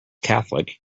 catholic